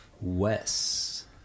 Wes